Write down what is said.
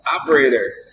operator